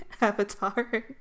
avatar